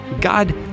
God